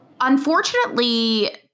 Unfortunately